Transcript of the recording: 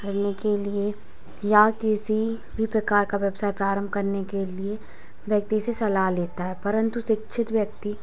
करने के लिए या किसी भी प्रकार का व्यवसाय प्रारंभ करने के लिए व्यक्ति से सलाह लेता है परंतु सिक्षित व्यक्ति